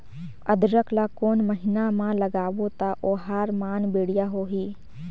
अदरक ला कोन महीना मा लगाबो ता ओहार मान बेडिया होही?